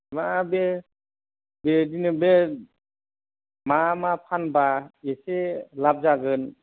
मा बे बेदिनो बे मा मा फानबा एसे लाब जागोन